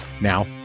Now